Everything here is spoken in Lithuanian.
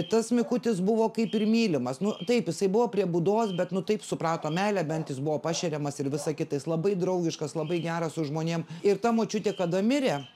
tas mikutis buvo kaip ir mylimas nu taip jisai buvo prie būdos bet nu taip suprato meilę bent jis buvo pašeriamas ir visa kita jis labai draugiškas labai geras su žmonėm ir ta močiutė kada mirė